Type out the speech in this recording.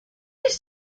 used